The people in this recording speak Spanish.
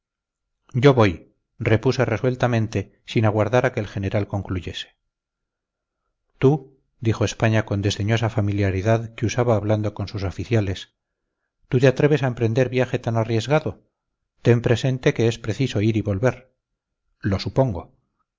yo voy repuse resueltamente sin aguardar a que el general concluyese tú dijo españa con la desdeñosa familiaridad que usaba hablando con sus oficiales tú te atreves a emprender viaje tan arriesgado ten presente que es preciso ir y volver lo supongo